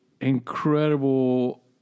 incredible